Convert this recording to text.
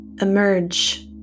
emerge